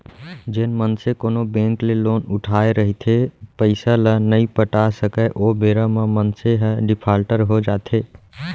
जेन मनसे कोनो बेंक ले लोन उठाय रहिथे पइसा ल नइ पटा सकय ओ बेरा म मनसे ह डिफाल्टर हो जाथे